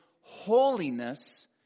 holiness